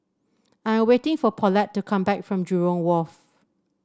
I'm waiting for Paulette to come back from Jurong Wharf